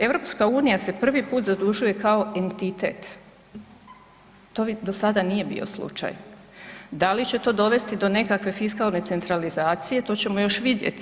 EU se prvi put zadužuje kao entitet, to do sada nije bio slučaj, da li će to dovesti do nekakve fiskalne centralizacije, to ćemo još vidjeti.